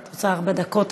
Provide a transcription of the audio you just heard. את רוצה ארבע דקות עכשיו?